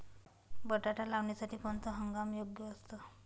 बटाटा लावण्यासाठी कोणता हंगाम योग्य असतो?